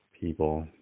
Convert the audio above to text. people